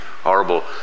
horrible